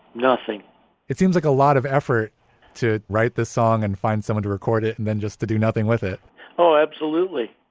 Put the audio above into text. nothing it seems like a lot of effort to write this song and find someone to record it and then just to do nothing with it oh, absolutely.